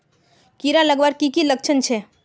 कीड़ा लगवार की की लक्षण छे?